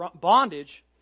bondage